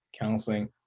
counseling